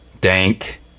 dank